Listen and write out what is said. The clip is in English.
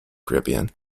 caribbean